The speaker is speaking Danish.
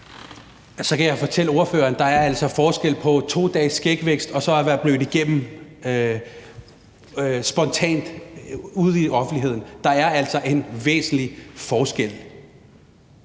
Så kan jeg fortælle ordføreren, at der altså er forskel på to dages skægvækst og at være blødt igennem spontant ude i offentligheden. Der er altså en væsentlig forskel.